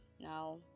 Now